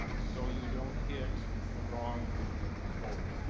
so you don't get the wrong vote.